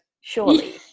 surely